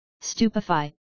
stupefy